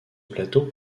plateau